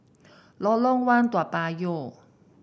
Lorong One Toa Payoh